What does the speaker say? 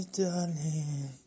darling